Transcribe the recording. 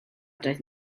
doedd